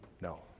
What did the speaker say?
No